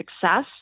success